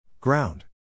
Ground